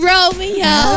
Romeo